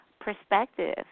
perspective